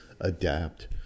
adapt